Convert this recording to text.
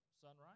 sunrise